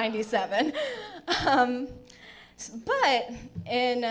ninety seven but in